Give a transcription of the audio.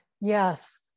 Yes